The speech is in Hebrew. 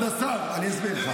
כבוד השר, אני אסביר לך.